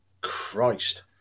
Christ